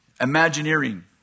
Imagineering